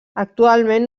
actualment